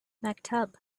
maktub